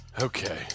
Okay